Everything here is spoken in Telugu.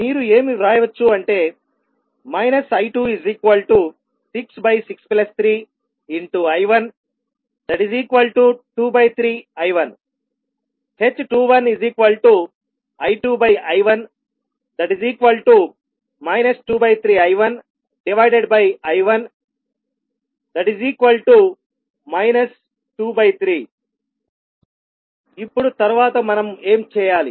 మీరు ఏమి వ్రాయవచ్చు అంటే I2663I123I1 h21I2I1 23I1I1 23 ఇప్పుడు తరువాత మనం ఏమి చేయాలి